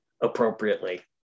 appropriately